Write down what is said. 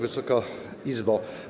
Wysoka Izbo!